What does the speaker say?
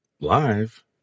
live